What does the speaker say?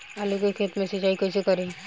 आलू के खेत मे सिचाई कइसे करीं?